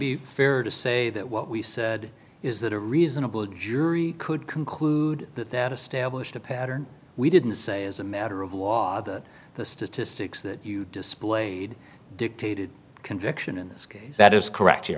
be fair to say that what we said is that a reasonable jury could conclude that that established a pattern we didn't say as a matter of law the statistics that you displayed dictated conviction in this case that is correct you